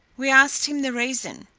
we asked him the reason,